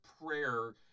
prayer